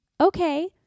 okay